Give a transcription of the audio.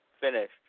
finished